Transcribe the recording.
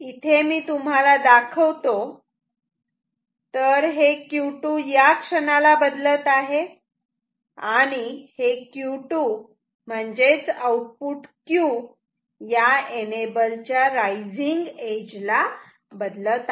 इथे मी तुम्हाला दाखवतो तर हे Q2 या क्षणाला बदलत आहे आणि हे Q2 म्हणजेच आउटपुट Q या एनेबल च्या रायझिंग एज ला बदलत आहे